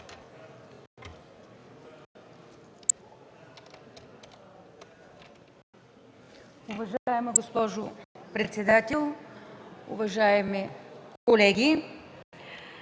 Уважаеми господин председател, уважаеми колеги,